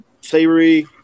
savory